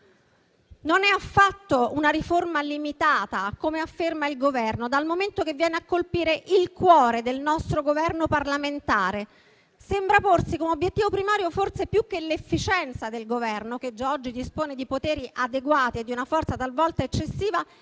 non è affatto, come il Governo afferma, limitata dal momento che viene a colpire il cuore del nostro governo parlamentare - sembra porsi come obiettivo primario, forse più che l'efficienza del Governo (che già oggi dispone di poteri adeguati e di una forza talvolta eccessiva),